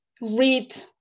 read